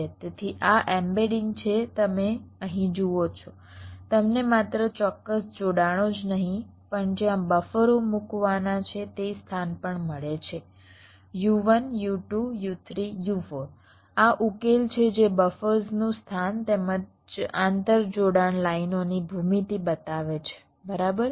તેથી આ એમ્બેડિંગ જે તમે અહીં જુઓ છો તમને માત્ર ચોક્કસ જોડાણો જ નહીં પણ જ્યાં બફરો મૂકવાના છે તે સ્થાન પણ મળે છે U1 U2 U3 U4 આ ઉકેલ છે જે બફર્સનું સ્થાન તેમજ આંતર જોડાણ લાઈનોની ભૂમિતિ બતાવે છે બરાબર